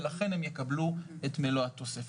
ולכן הם יקבלו את מלוא התוספת.